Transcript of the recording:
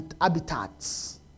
habitats